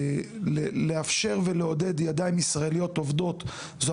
לאפשר ולעודד ידיים ישראליות עובדות זו